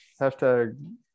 hashtag